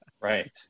Right